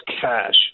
cash